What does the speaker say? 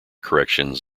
corrections